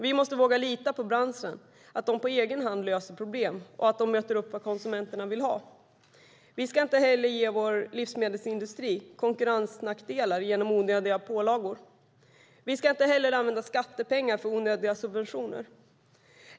Vi måste våga lita på branschen, på att man där på egen hand löser problem och möter upp när det gäller vad konsumenterna vill ha. Vi ska inte heller ge vår livsmedelsindustri konkurrensnackdelar genom onödiga pålagor, och vi ska inte använda skattepengar till onödiga subventioner.